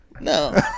No